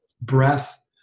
breath